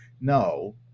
No